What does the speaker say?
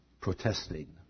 protesting